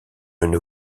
une